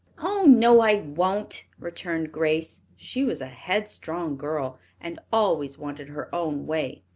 oh, no, i won't, returned grace. she was a headstrong girl and always wanted her own way.